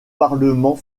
parlement